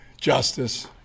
justice